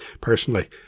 Personally